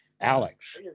Alex